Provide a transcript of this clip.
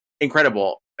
incredible